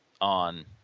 on